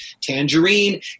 Tangerine